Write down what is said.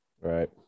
Right